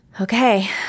okay